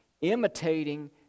imitating